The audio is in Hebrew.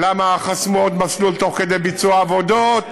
למה חסמו עוד מסלול תוך כדי ביצוע העבודות?